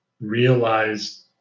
realize